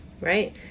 Right